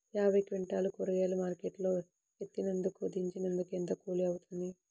యాభై క్వింటాలు కూరగాయలు మార్కెట్ లో ఎత్తినందుకు, దించినందుకు ఏంత కూలి అవుతుంది?